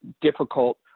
difficult